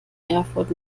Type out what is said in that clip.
erfurt